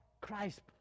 Christ